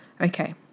Okay